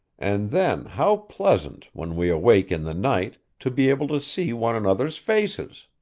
and then how pleasant, when we awake in the night, to be able to see one another's faces